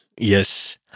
Yes